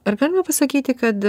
ar galima pasakyti kad